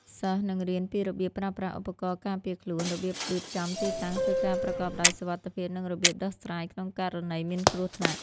សិស្សនឹងរៀនពីរបៀបប្រើប្រាស់ឧបករណ៍ការពារខ្លួន របៀបរៀបចំទីតាំងធ្វើការប្រកបដោយសុវត្ថិភាព និងរបៀបដោះស្រាយក្នុងករណីមានគ្រោះថ្នាក់។